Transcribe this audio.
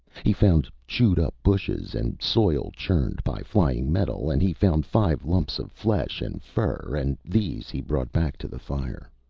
he found chewed-up bushes and soil churned by flying metal, and he found five lumps of flesh and fur, and these he brought back to the fire.